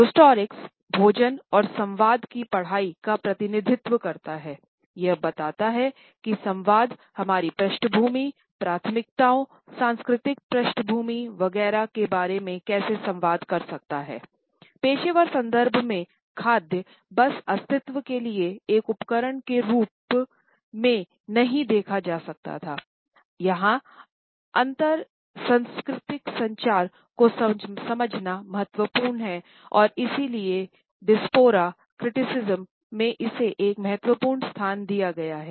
गुस्टोरिक्स में इसे एक महत्वपूर्ण स्थान दिया गया है